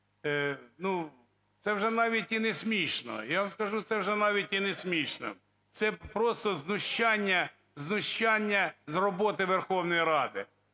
це вже навіть і не смішно, я вам скажу, це вже навіть і не смішно, це просто знущання, знущання з роботи Верховної Ради.